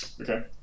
okay